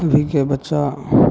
अभीके बच्चा